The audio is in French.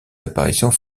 apparitions